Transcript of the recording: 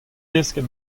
desket